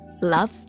Love